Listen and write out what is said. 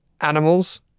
animals